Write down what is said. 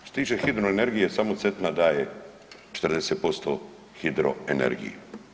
Što se tiče hidroenergije, samo Cetina daje 40% hidroenergije.